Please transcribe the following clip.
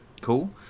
cool